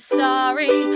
sorry